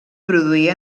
produir